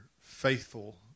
faithful